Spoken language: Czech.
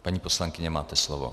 Paní poslankyně, máte slovo.